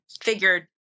Figured